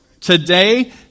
today